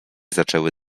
zaczęły